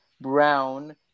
Brown